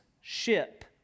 ship